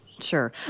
Sure